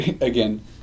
again